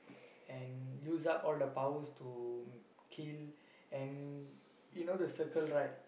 and use up all the powers to kill and you know the circle right